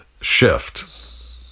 shift